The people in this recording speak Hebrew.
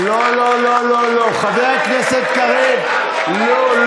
לא, לא לא, חבר הכנסת קריב, לא,